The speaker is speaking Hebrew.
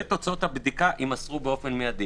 ותוצאות הבדיקה יימסרו מיידית.